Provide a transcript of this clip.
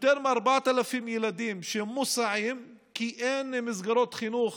יותר מ-4,000 ילדים שמוסעים, כי אין מסגרות חינוך